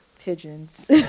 pigeons